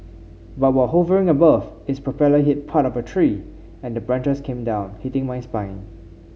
but while hovering above its propeller hit part of a tree and branches came down hitting my spine